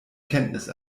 kenntnis